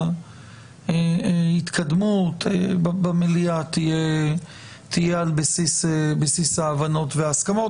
ההתקדמות במליאה תהיה על בסיס ההבנות וההסכמות,